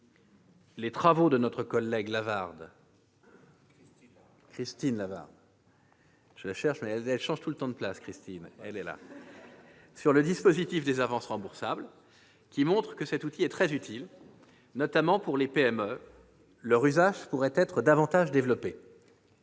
aux travaux de notre collègue Christine Lavarde sur le dispositif des avances remboursables, qui montrent que cet outil est très utile, notamment pour les PME. Leur usage pourrait être davantage développé.